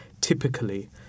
typically